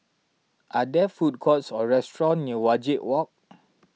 are there food courts or restaurants near Wajek Walk